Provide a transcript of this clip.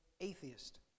atheist